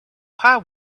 how